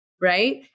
right